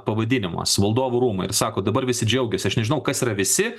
pavadinimas valdovų rūmai ir sako dabar visi džiaugiasi aš nežinau kas yra visi